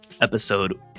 episode